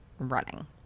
running